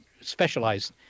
specialized